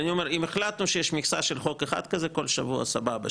אני אומר שאם החלטנו שיש מכסה של חוק אחד כזה כל שבוע זה בסדר,